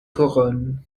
couronne